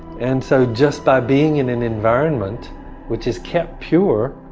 and so, just by being in an environment which is kept pure,